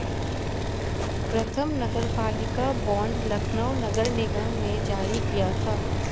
प्रथम नगरपालिका बॉन्ड लखनऊ नगर निगम ने जारी किया था